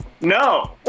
no